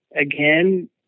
Again